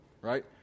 right